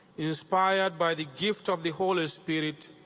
inspired by the gift of the holy spirit,